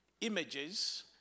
images